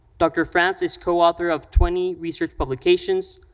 dr. france is coauthor of twenty research publications,